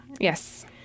Yes